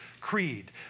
creed